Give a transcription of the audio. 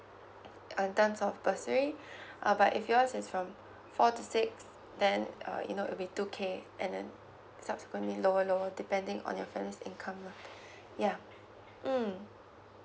uh in terms of bursary uh but if yours is from four to six then uh you know it'll be two K and then subsequently lower lower depending on your family's income lah yeah mm